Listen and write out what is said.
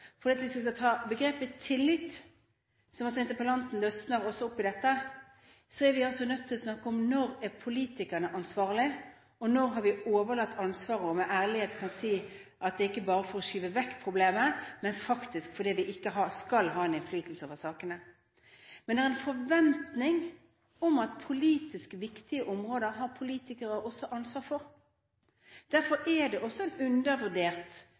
Hvis vi skal ta begrepet «tillit», som også interpellanten nøster opp i, er vi nødt til å snakke om når politikerne er ansvarlige, og når vi har overlatt ansvaret og med ærlighet kan si at det ikke bare er for å skyve vekk problemet, men fordi vi faktisk ikke skal ha en innflytelse over sakene. Jeg har en forventning om at politisk viktige områder skal politikere ha ansvar for. Derfor er det et undervurdert